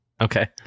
okay